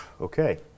okay